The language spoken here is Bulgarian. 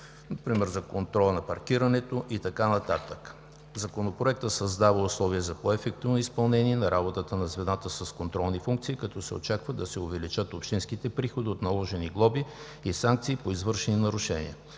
например за контрола на паркирането, и така нататък. Законопроектът създава условия за по-ефективно изпълнение на работата на звената с контролни функции, като се очаква да се увеличат общинските приходи от наложени глоби и санкции по извършени нарушения.